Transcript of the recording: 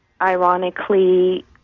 ironically